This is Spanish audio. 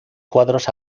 cuadros